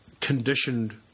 conditioned